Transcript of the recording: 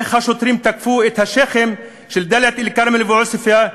איך השוטרים תקפו את השיח'ים של דאלית-אלכרמל ועוספיא,